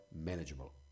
manageable